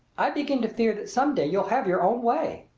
i begin to fear that some day you'll have your own way.